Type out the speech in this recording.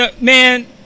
Man